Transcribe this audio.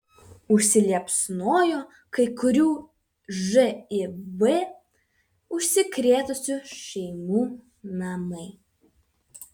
užsiliepsnojo kai kurių živ užsikrėtusių šeimų namai